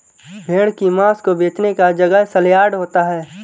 भेड़ की मांस को बेचने का जगह सलयार्ड होता है